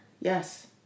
Yes